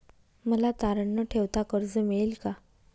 मला तारण न ठेवता कर्ज मिळेल का?